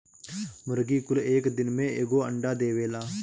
मुर्गी कुल एक दिन में एगो अंडा देवेला